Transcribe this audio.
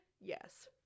yes